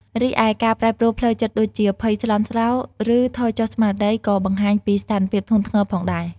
រីឯការប្រែប្រួលផ្លូវចិត្តដូចជា ភ័យស្លន់ស្លោ ឬថយចុះស្មារតី ក៏បង្ហាញពីស្ថានភាពធ្ងន់ធ្ងរផងដែរ។